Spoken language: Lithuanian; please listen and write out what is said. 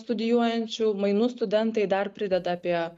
studijuojančių mainų studentai dar prideda apie